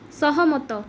ସହମତ